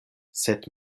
sed